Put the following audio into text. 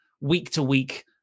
week-to-week